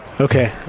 Okay